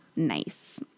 Nice